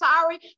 sorry